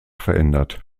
verändert